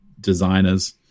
designers